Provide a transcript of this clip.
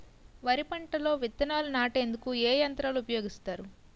వరి పంటలో విత్తనాలు నాటేందుకు ఏ యంత్రాలు ఉపయోగిస్తారు?